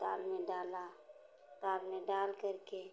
ताल में डाला ताल में डाल करके